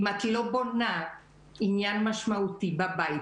אם את לא בונה עניין משמעותי בבית,